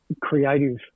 creative